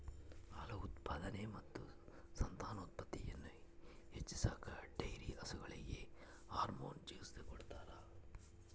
ಹಾಲು ಉತ್ಪಾದನೆ ಮತ್ತು ಸಂತಾನೋತ್ಪತ್ತಿಯನ್ನು ಹೆಚ್ಚಿಸಾಕ ಡೈರಿ ಹಸುಗಳಿಗೆ ಹಾರ್ಮೋನ್ ಚಿಕಿತ್ಸ ಕೊಡ್ತಾರ